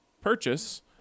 purchase